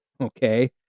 Okay